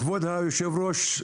כבוד היושב-ראש,